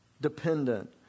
dependent